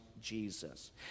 Jesus